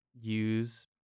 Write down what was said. use